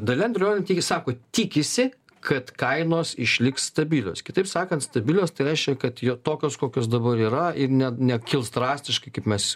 dalia andriulionienė sako tikisi kad kainos išliks stabilios kitaip sakant stabilios tai reiškia kad jo tokios kokios dabar yra ir net nekils drastiškai kaip mes